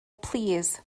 plîs